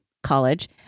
college